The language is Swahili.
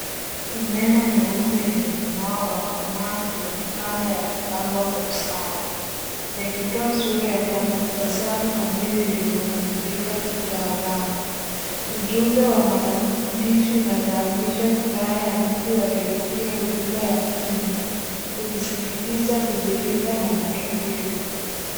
Meno meupe yenye mng'ao wa kung'aa huonekana yakipangwa kwa usawa yakitoa sura ya tabasamu kamili lililokamilika kitaalamu. Ujumbe wa maandishi unafahamisha furaha ya mtu aliyepokea huduma ya kinywa, ukisisitiza kuridhika na matokeo.